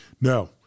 No